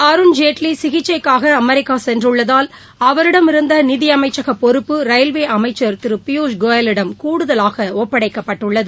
அருண் ஜேட்லி சிகிச்சைக்காக அமெரிக்கா சென்றுள்ளதால் அவரிடமிருந்த நிதியமைச்சகப் பொறுப்பு ரயில்வே அமைச்சர் திரு பியூஷ் கோயலிடம் கூடுதலாக ஒப்படைக்கப்பட்டுள்ளது